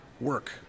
work